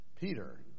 Peter